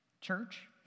Church